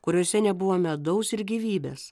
kuriuose nebuvo medaus ir gyvybės